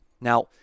Now